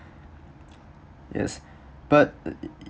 yes but uh err err